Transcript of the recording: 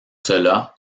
cela